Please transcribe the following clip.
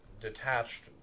detached